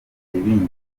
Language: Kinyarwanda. ibindi